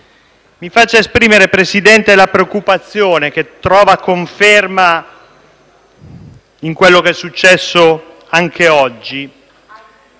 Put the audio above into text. Mi faccia esprimere, Presidente, la preoccupazione, che trova conferma in quello che è successo anche oggi,